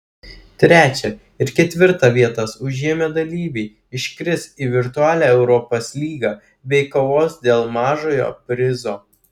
trečią ir ketvirtą vietas užėmę dalyviai iškris į virtualią europos lygą bei kovos dėl mažojo prizo